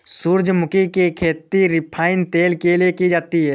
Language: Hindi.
सूरजमुखी की खेती रिफाइन तेल के लिए की जाती है